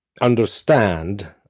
Understand